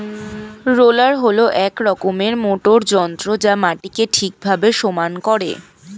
roller হল এক রকমের মোটর যন্ত্র যা মাটিকে ঠিকভাবে সমান করে